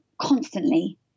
constantly